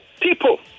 people